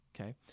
okay